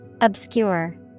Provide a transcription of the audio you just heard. Obscure